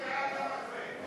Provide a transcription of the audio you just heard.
סיוע ריאלי בשכר דירה),